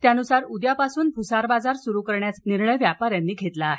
त्यानुसार उद्यापासून भुसार बाजार सुरू करण्याचा निर्णय व्यापाऱ्यांनी घेतला आहे